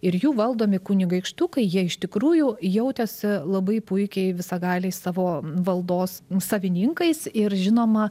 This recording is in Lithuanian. ir jų valdomi kunigaikštukai jie iš tikrųjų jautėsi labai puikiai visagaliais savo valdos savininkais ir žinoma